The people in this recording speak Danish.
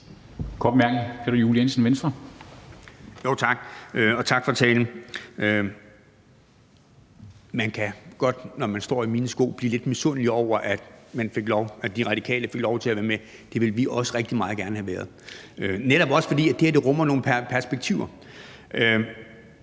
Kl. 11:09 Peter Juel-Jensen (V): Tak for talen. Man kan godt, når man er i mine sko, blive lidt misundelig over, at De Radikale fik lov til at være med. Det ville vi også rigtig gerne have været, netop også, fordi det her rummer nogle perspektiver.